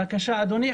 בבקשה, אדוני.